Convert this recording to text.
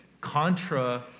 contra